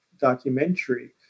documentary